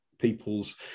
people's